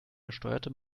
gesteuerte